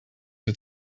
het